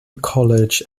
college